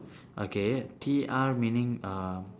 okay T R meaning uh